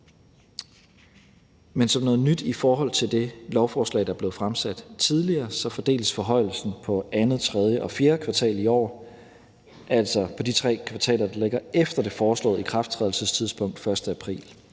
Men som noget nyt i forhold til det lovforslag, der blev fremsat tidligere, fordeles forhøjelsen på andet, tredje og fjerde kvartal i år, altså på de tre kvartaler, der ligger efter det foreslåede ikrafttrædelsestidspunkt den 1. april.